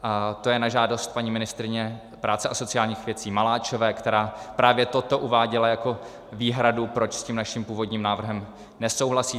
To je na žádost paní ministryně práce a sociálních věcí Maláčové, která právě toto uváděla jako výhradu, proč s tím naším původním návrhem nesouhlasí.